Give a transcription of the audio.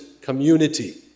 community